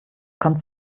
kommt